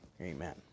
Amen